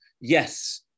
yes